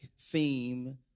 theme